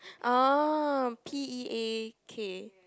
oh p_e_a_k